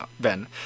ben